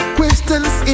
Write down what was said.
questions